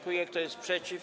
Kto jest przeciw?